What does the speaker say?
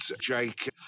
Jake